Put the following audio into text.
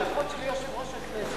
הבטחות של יושב-ראש הכנסת.